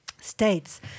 States